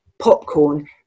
popcorn